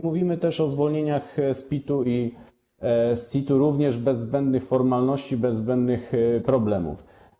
Mówimy także o zwolnieniach z PIT-u i z CIT-u, również bez zbędnych formalności, bez zbędnych problemów.